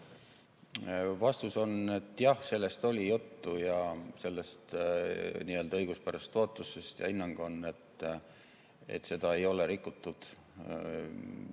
Vastus on jah, sellest oli juttu, sellest n‑ö õiguspärasest ootusest. Hinnang on, et seda ei ole rikutud.